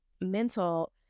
mental